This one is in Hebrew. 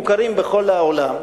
מוכרים בכל העולם,